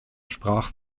sprach